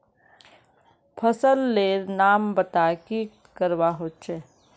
फसल लेर नाम बता की करवा होचे?